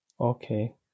Okay